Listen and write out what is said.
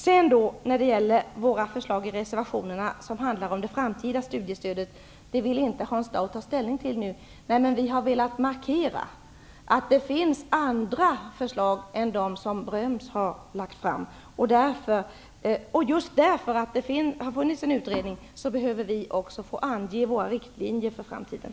När det sedan gäller våra förslag i reservationerna om det framtida studiestödet vill Hans Dau inte ta ställning nu. Nej, men vi har velat markera att det finns andra förslag än det som Bröms har lagt fram, och just därför att det har gjorts en utredning behöver vi också få ange våra riktlinjer för framtiden.